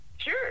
Sure